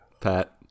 Pat